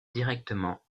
directement